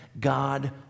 God